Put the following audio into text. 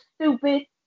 stupid